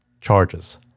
charges